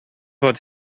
fod